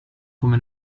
come